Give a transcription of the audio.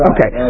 Okay